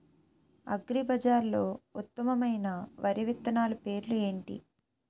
అగ్రిబజార్లో ఉత్తమమైన వరి విత్తనాలు పేర్లు ఏంటి?